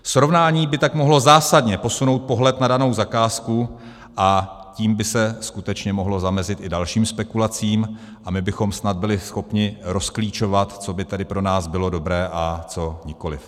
Srovnání by tak mohlo zásadně posunout pohled na danou zakázku, a tím by se skutečně mohlo zamezit i dalším spekulacím a my bychom snad byli schopni rozklíčovat, co by tedy pro nás bylo dobré, a co nikoliv.